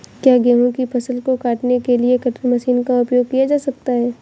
क्या गेहूँ की फसल को काटने के लिए कटर मशीन का उपयोग किया जा सकता है?